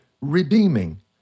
redeeming